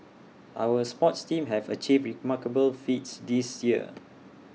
our sports teams have achieved remarkable feats this year